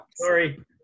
sorry